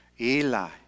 Eli